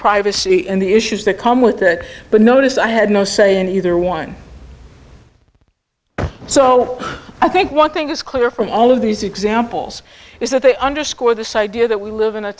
privacy in the issues that come with that but notice i had no say in either one so i think one thing is clear from all of these examples is that they underscore this idea that we live in a